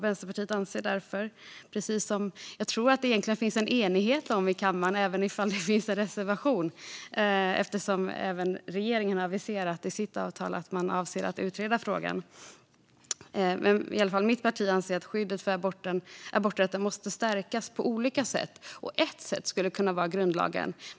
Vänsterpartiet anser därför att skyddet för aborträtten måste stärkas på olika sätt - jag tror att det finns en enighet om detta i kammaren även om det finns en reservation, eftersom även regeringen i sitt avtal har aviserat att man avser att utreda frågan. Ett sätt skulle kunna vara grundlagen.